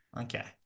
Okay